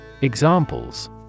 Examples